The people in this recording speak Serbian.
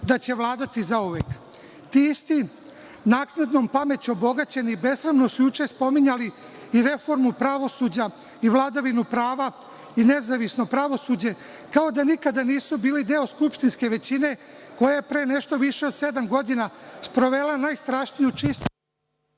da će vladati zauvek. Ti isti, naknadnom pameću, obogaćeni, besramno su juče spominjali i reformu pravosuđa i vladavinu prava i nezavisno pravosuđe kao da nikada nisu bili deo skupštinske većine koja je pre nešto više od sedam godina sprovela najstrašniju čistku